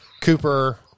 Cooper